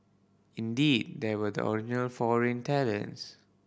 indeed they were the original foreign talents